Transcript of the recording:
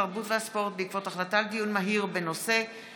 התרבות והספורט בעקבות דיון מהיר בהצעתו של חבר הכנסת